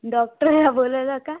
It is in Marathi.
डॉक्टरला बोलावलं का